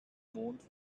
mond